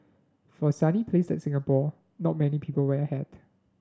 for a sunny place like Singapore not many people wear a hat